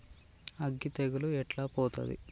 అగ్గి తెగులు ఎట్లా పోతది?